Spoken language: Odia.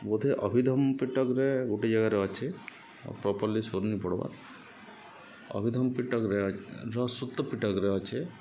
ବୋଧେ ଅଭିଧାମ୍ ପୀଟକରେ ଗୋଟେ ଜାଗାରେ ଅଛେ ପ୍ରପର୍ଲି ସୋର୍ ନିପଡ଼୍ବାର୍ ଅଭିଧାମ୍ ପୀଟକ୍ରେ ର ସୁତ ପୀଟକ୍ରେ ଅଛେ